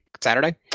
Saturday